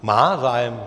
Má zájem?